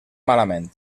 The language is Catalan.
malament